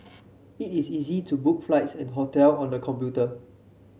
it is easy to book flights and hotel on the computer